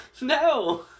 No